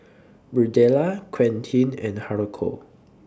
Birdella Quentin and Haruko